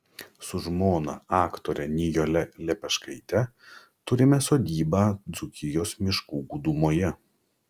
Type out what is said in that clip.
su žmona aktore nijole lepeškaite turime sodybą dzūkijos miškų gūdumoje